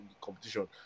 competition